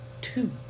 Two